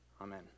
amen